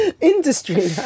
industry